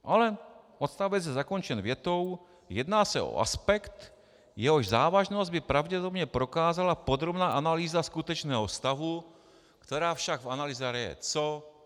Ale odstavec je zakončen větou: Jedná se o aspekt, jehož závažnost by pravděpodobně prokázala podrobná analýza skutečného stavu, která však v analýze RIA co?